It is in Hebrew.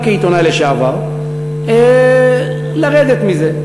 גם כעיתונאי לשעבר, לרדת מזה.